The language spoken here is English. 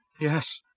Yes